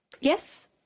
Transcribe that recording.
yes